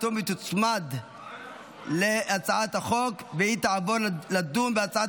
ההצעה להעביר את הצעת